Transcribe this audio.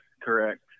correct